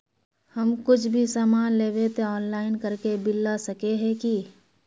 हम कुछ भी सामान लेबे ते ऑनलाइन करके बिल ला सके है की?